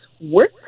work